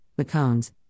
McCones